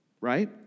Right